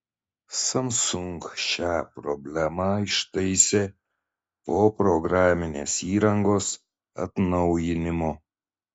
samsung šią problemą ištaisė po programinės įrangos atnaujinimo